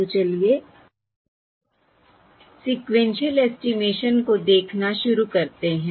तो चलिए sequential estimation को देखना शुरू करते हैं